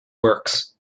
works